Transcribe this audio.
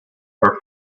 are